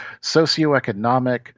socioeconomic